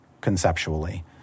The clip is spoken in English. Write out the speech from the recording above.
conceptually